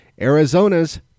arizona's